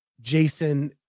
jason